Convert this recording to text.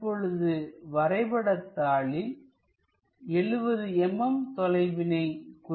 இப்பொழுது வரைபடத்தாளில் 70mm தொலைவினை குறித்துக் கொள்ளலாம்